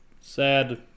sad